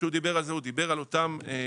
כשהוא דיבר על זה הוא דיבר על אותן נקודות,